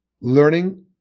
learning